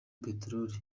peteroli